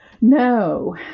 No